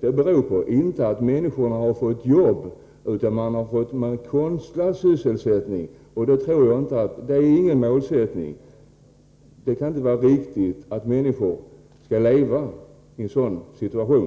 beror inte på att människor har fått arbete utan på att de har fått en konstlad sysselsättning. Det är ingen målsättning. Det kan inte vara riktigt att människorna skall leva i en sådan situation.